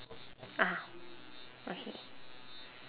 ah okay